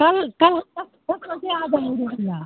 कल कल हम दस दस बजे आ जाएँगे भैया